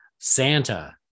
Santa